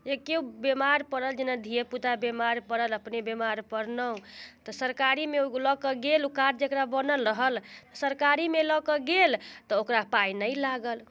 केओ बेमार पड़ल जेना धिए पूता बीमार पड़ल अपने बेमार पड़लहुँ तऽ सरकारीमे ओ लऽ के गेल ओ कार्ड जेकरा बनल रहल सरकारीमे लऽके गेल तऽ ओकरा पाय नहि लागल